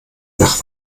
nach